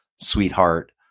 sweetheart